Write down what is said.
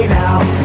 now